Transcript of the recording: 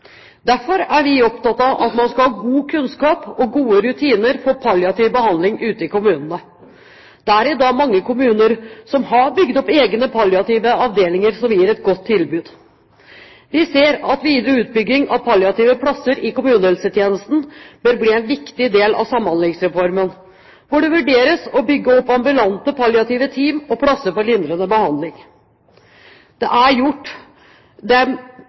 Derfor er vi opptatt av at man skal ha god kunnskap og gode rutiner for palliativ behandling ute i kommunene. Det er i dag mange kommuner som har bygd opp egne palliative avdelinger som gir et godt tilbud. Vi ser at videre utbygging av palliative plasser i kommunehelsetjenesten bør bli en viktig del av Samhandlingsreformen – det vurderes å bygge opp ambulante palliative team og plasser for lindrende behandling. Det er gjort